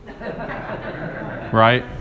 Right